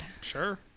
sure